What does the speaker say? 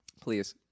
Please